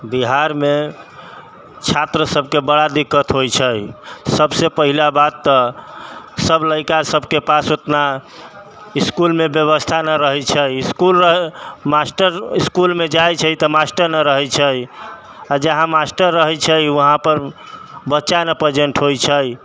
बिहारमे छात्र सबके बड़ा दिक्कत होइ छै सबसँ पहिला बात तऽ सब लड़िका सबके पास ओतना इसकुलमे व्यवस्था नहि रहै छै इसकुल मास्टर इसकुलमे जाइ छै तऽ मास्टर नहि रहै छै आओर जहाँ मास्टर रहै छै उहांपर बच्चा नहि प्रजेन्ट होइ छै